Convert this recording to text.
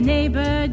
Neighbor